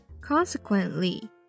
consequently